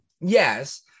yes